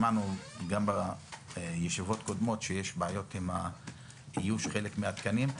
שמענו גם בישיבות הקודמות שיש בעיות באיוש חלק מן התקנים.